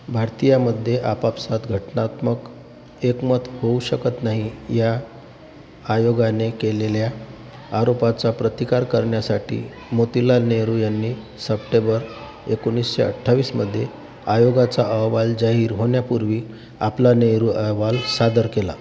भारतीयांमध्ये आपापसात घटनात्मक एकमत होऊ शकत नाही या आयोगाने केलेल्या आरोपाचा प्रतिकार करण्यासाठी मोतीलाल नेहरू यांनी सप्टेंबर एकोणीसशे अठ्ठावीसमध्ये आयोगाचा अहवाल जाहीर होण्यापूर्वी आपला नेहरू अहवाल सादर केला